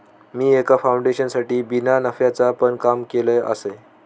मी एका फाउंडेशनसाठी बिना नफ्याचा पण काम केलय आसय